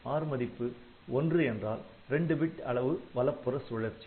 r மதிப்பு '1' என்றால் 2 bit அளவு வலப்புற சுழற்சி